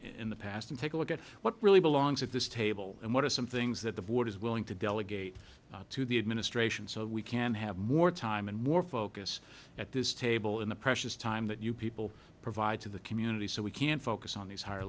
in the past and take a look at what really belongs at this table and what are some things that the board is willing to delegate to the administration so we can have more time and more focus at this table in the precious time that you people provide to the community so we can focus on these higher